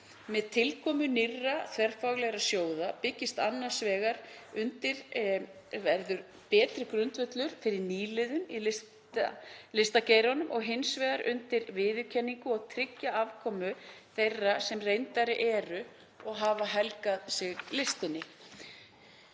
Með tilkomu nýrra þverfaglegrar sjóða verður kerfið betri grundvöllur fyrir nýliðun í listageiranum og hins vegar undir viðurkenningu og trygga afkomu þeirra sem reyndari eru og hafa helgað sig listinni.